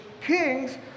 kings